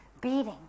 beating